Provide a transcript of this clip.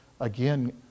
again